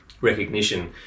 recognition